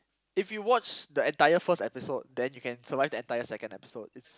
if you watch the entire first episode then you can survive the entire second episode it's